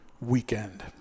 weekend